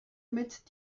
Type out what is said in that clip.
mit